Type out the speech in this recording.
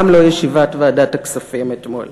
גם לא ישיבת ועדת הכספים אתמול.